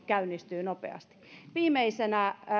käynnistyy nopeasti viimeisenä